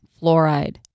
fluoride